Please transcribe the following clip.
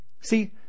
see